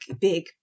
big